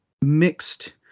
mixed